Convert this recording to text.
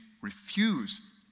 refused